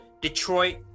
detroit